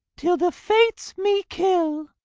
till the fates me kill.